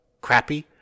crappy